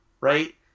right